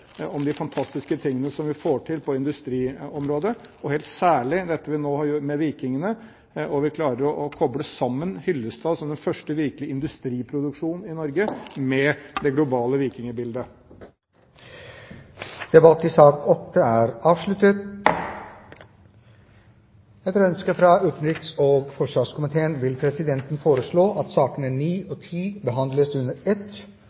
de fantastiske tingene som vi får til på industriområdet, og særlig dette vi nå gjør med hensyn til vikingene. Vi klarer å koble Hyllestad, som den første virkelige industriproduksjonen i Norge, med det globale vikingbildet. Debatten i sak nr. 8 er avsluttet. Etter ønske fra utenriks- og forsvarskomiteen vil presidenten foreslå at sakene nr. 9 og 10 behandles under ett.